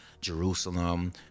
jerusalem